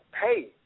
hey